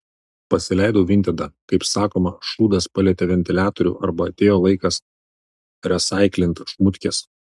pasileidau vintedą kaip sakoma šūdas palietė ventiliatorių arba atėjo laikas resaiklint šmutkes